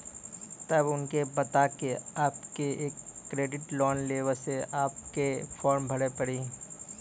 तब उनके बता के आपके के एक क्रेडिट लोन ले बसे आपके के फॉर्म भरी पड़ी?